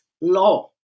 law